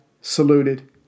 saluted